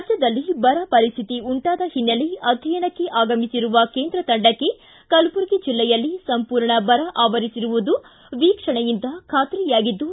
ರಾಜ್ಞದಲ್ಲಿ ಬರ ಪರಿಸ್ಥಿತಿ ಉಂಟಾದ ಹಿನ್ನೆಲೆ ಅಧ್ಯನಕ್ಕೆ ಆಗಮಿಸಿರುವ ಕೇಂದ್ರ ತಂಡಕ್ಕೆ ಕಲಬುರಗಿ ಜಿಲ್ಲೆಯಲ್ಲಿ ಸಂಪೂರ್ಣ ಬರ ಆವರಿಸಿರುವುದು ವೀಕ್ಷಣೆಯಿಂದ ಖಾತ್ರಿಯಾಗಿದ್ದು